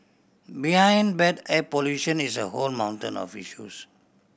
behind bad air pollution is a whole mountain of issues